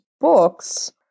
books